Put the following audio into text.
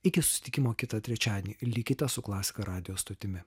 iki susitikimo kitą trečiadienį likite su klasika radijo stotimi